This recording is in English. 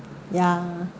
ya